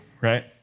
right